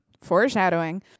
Foreshadowing